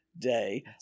day